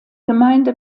gemeinde